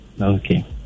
okay